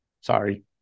Sorry